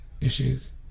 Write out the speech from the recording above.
issues